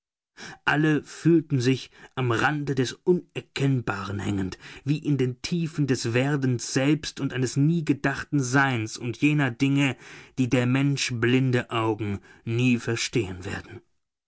alle fühlten sich am rande des unerkennbaren hängend wie in den tiefen des werdens selbst und eines nie gedachten seins und jener dinge die der menschen blinde augen nie verstehen werden